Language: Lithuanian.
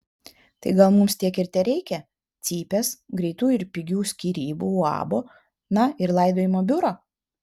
tai gal mums tiek ir tereikia cypės greitų ir pigių skyrybų uabo na ir laidojimo biuro